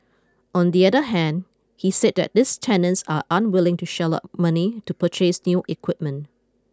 on the other hand he said that these tenants are unwilling to shell out money to purchase new equipment